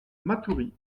matoury